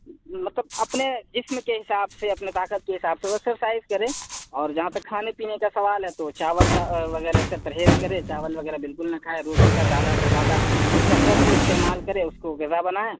مطلب اپنے جسم کے حساب سے اپنے طاقت کے حساب سے وہ ایکسرسائز کرے اور جہاں تک کھانے پینے کا سوال ہے تو چاول کا وغیرہ سے پرہیز کرے چاول وغیرہ بالکل نہ کھائے روٹی کا زیادہ سے زیادہ کثرت سے استعمال کرے اس کو غذا بنائے